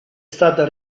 stata